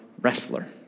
wrestler